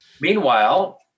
Meanwhile